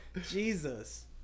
Jesus